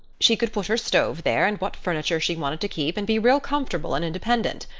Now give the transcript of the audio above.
she could put her stove there and what furniture she wanted to keep, and be real comfortable and independent.